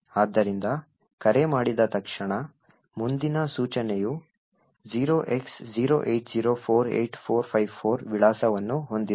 ಆದ್ದರಿಂದ ಕರೆ ಮಾಡಿದ ತಕ್ಷಣ ಮುಂದಿನ ಸೂಚನೆಯು 0x08048454 ವಿಳಾಸವನ್ನು ಹೊಂದಿದೆ